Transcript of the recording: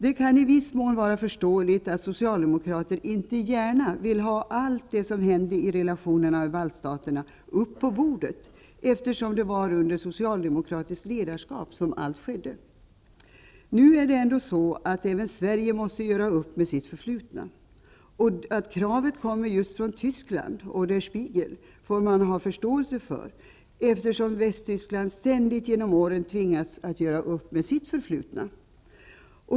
Det kan i viss mån vara förståeligt att socialdemokrater inte gärna vill ha allt det som hände i relationerna med baltstaterna på bordet, eftersom det var under socialdemokratiskt ledarskap som allt skedde. Nu måste ändå även Sverige göra upp med sitt förflutna. Att kravet kommer just från Tyskland och Der Spiegel får man ha förståelse för, eftersom Västtyskland under årens lopp ständigt har tvingats att göra upp med sitt förflutna.